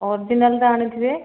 ଅର୍ଜିନାଲ୍ଟା ଆଣିଥିବେ